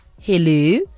Hello